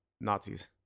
Nazis